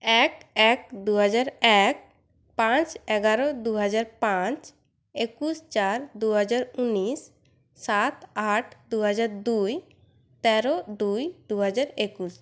এক এক দুহাজার এক পাঁচ এগারো দুহাজার পাঁচ একুশ চার দুহাজার উনিশ সাত আট দুহাজার দুই তেরো দুই দুহাজার একুশ